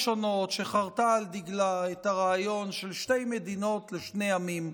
שחרתה על דגלה את הרעיון של שתי מדינות לשני עמים.